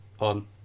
on